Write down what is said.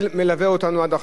שבאמת קידם את החוק.